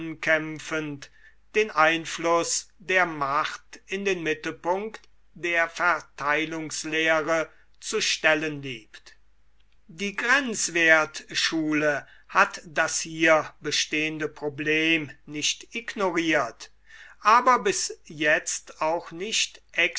ankämpfend den einfluß der macht in den mittelpunkt der verteilungslehre zu stellen liebt die grenzwertschule hat das hier bestehende problem nicht ignoriert aber bis jetzt auch nicht